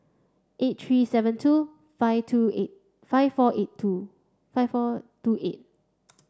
eight three seven two five two eight five four eight two five four two eight